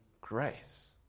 grace